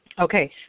Okay